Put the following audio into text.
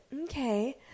okay